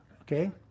okay